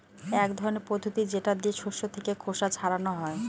এক ধরনের পদ্ধতি যেটা দিয়ে শস্য থেকে খোসা ছাড়ানো হয়